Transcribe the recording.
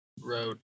road